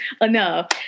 enough